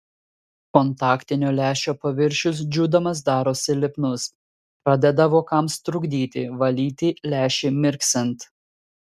kontaktinio lęšio paviršius džiūdamas darosi lipnus pradeda vokams trukdyti valyti lęšį mirksint